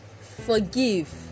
forgive